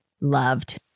loved